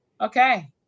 Okay